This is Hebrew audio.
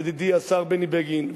ידידי השר בני בגין,